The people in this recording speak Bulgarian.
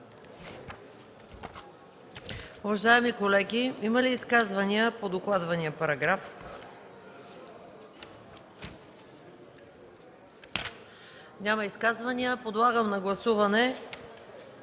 Уважаеми колеги, има ли изказвания по докладвания параграф? Няма изказвания. Подлагам на гласуване